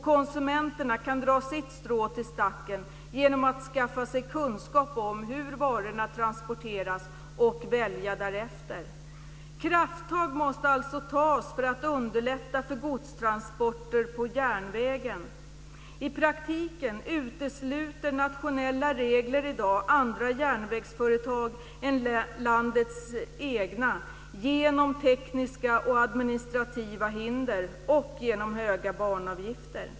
Konsumenterna kan dra sitt strå till stacken genom att skaffa sig kunskap om hur varorna transporteras och välja därefter. Krafttag måste alltså tas för att underlätta för godstransporter på järnvägen. I praktiken utesluter nationella regler i dag andra järnvägsföretag än landets egna genom tekniska och administrativa hinder och genom höga banavgifter.